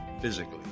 physically